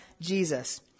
Jesus